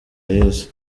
yize